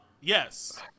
yes